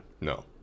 no